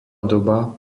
doba